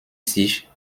sich